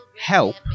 Help